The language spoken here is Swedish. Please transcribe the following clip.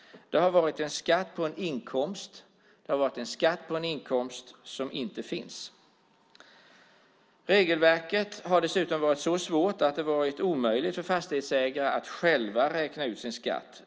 Det har varit en skatt på en inkomst som inte finns. Regelverket har dessutom varit så svårt att det har varit omöjligt för fastighetsägare att själva räkna ut sin skatt.